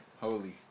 Holy